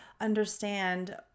understand